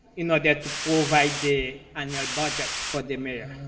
in order to provide the annual budget for the mayor.